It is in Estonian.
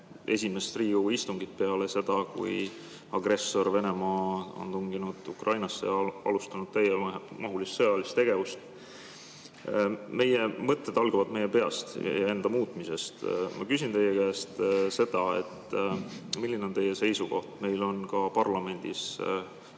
esimest Riigikogu istungit peale seda, kui agressor Venemaa tungis Ukrainasse ja alustas täiemahulist sõjalist tegevust. Meie mõtted algavad meie peast ja enda muutmisest. Ma küsin teie käest seda, milline on teie seisukoht. Meil on ka parlamendis